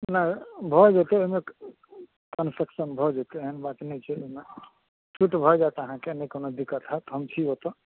कितना भेल भऽ जेतै ओहिमे कन्सेक्शन भऽ जेतै एहन बात नहि छै ओहिमे छूट भऽ जाएत अहाँके नहि कोनो दिकत हाएत हम छी ओतऽ